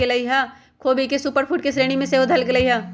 ख़ोबी के super food के श्रेणी में सेहो धयल गेलइ ह